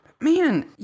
Man